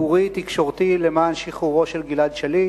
ציבורי תקשורתי למען שחרורו של גלעד שליט.